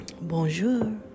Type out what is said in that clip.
Bonjour